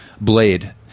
blade